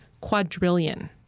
quadrillion